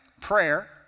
prayer